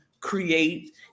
create